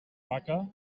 vaca